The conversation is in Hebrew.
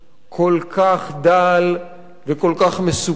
כל כך דל וכל כך מסוכן.